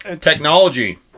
technology